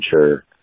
sure